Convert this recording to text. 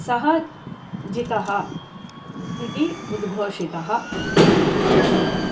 सः जितः इति उद्घोषितः भवति